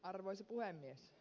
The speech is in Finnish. arvoisa puhemies